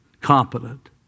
competent